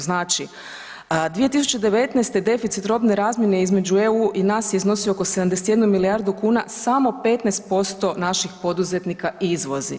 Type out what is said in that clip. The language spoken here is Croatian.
Znači, 2019. deficit robne razmjene između EU i nas je iznosio oko 71 milijardu kuna samo 15% naših poduzetnika izvozi.